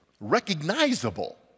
recognizable